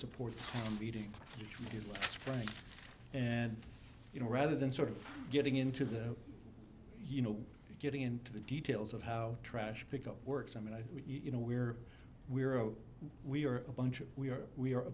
support eating right and you know rather than sort of getting into the you know getting into the details of how trash pickup works i mean i you know we're we're a we're a bunch of we are we are a